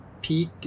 peak